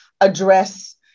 address